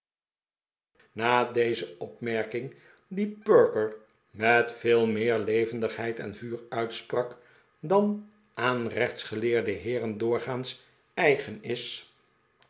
na deze opmerking die perker met veel meer levendigheid en vuur uitsprak dan aan rechtsgeleerde heeren doorgaans eigen is